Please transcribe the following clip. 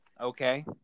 okay